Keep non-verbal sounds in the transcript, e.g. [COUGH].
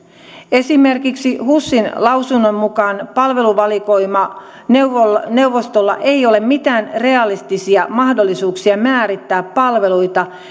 esimerkiksi husin lausunnon mukaan palveluvalikoimaneuvostolla ei ole mitään realistisia mahdollisuuksia määrittää palveluita [UNINTELLIGIBLE]